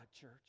church